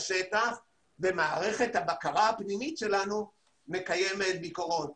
ומערכת הבקרה הפנימית שלנו מקיימת ביקורות.